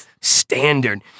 standard